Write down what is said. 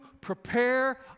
prepare